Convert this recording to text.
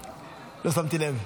לא שמתי לב.